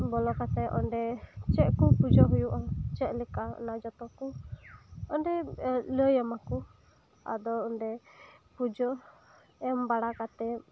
ᱵᱚᱞᱚ ᱠᱟᱛᱮᱜ ᱚᱸᱰᱮ ᱪᱮᱫ ᱠᱚ ᱯᱩᱡᱟᱹ ᱦᱩᱭᱩᱜᱼᱟ ᱪᱮᱫ ᱞᱮᱠᱟ ᱚᱱᱟ ᱡᱚᱛᱚ ᱠᱚ ᱚᱸᱰᱮ ᱞᱟᱹᱭ ᱟᱢᱟ ᱠᱚ ᱟᱫᱚ ᱚᱸᱰᱮ ᱯᱩᱡᱟᱹ ᱮᱢ ᱵᱟᱲᱟ ᱠᱟᱛᱮᱫ